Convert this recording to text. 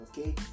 Okay